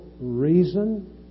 reason